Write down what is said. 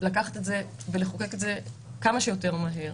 לקחת את זה ולחוקק את זה כמה שיותר מהר.